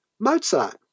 Mozart